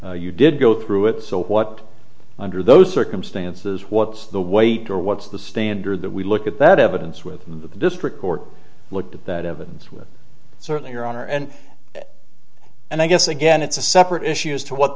you did go through it so what under those circumstances what's the wait or what's the standard that we look at that evidence with the district court looked at that evidence with certain your honor and and i guess again it's a separate issue as to what